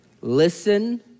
Listen